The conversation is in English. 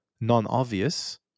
non-obvious